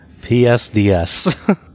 PSDS